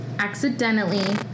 accidentally